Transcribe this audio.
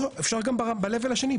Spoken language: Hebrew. או שאשפר גם ב level השני,